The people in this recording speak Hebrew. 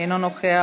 אינו נוכח.